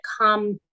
come